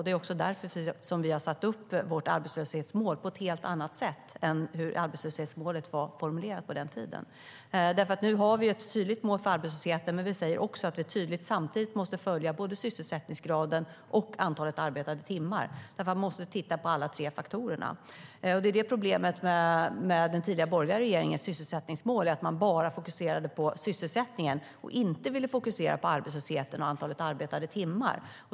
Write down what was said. Det är också därför som vi har satt upp vårt arbetslöshetsmål på ett helt annat sätt jämfört med hur det var formulerat på den tiden. Nu har vi ett tydligt mål för arbetslösheten, och samtidigt säger vi att vi måste följa både sysselsättningsgrad och antalet arbetade timmar. Man måste titta på alla tre faktorer. Problemet med den tidigare borgerliga regeringens sysselsättningsmål var att man fokuserade bara på sysselsättningen. Man ville inte fokusera på arbetslösheten och antalet arbetade timmar.